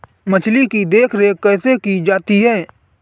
मछली की देखरेख कैसे की जाती है?